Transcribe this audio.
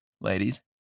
ladies